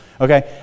Okay